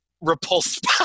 repulsed